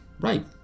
Right